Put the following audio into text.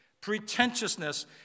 Pretentiousness